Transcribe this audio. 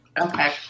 Okay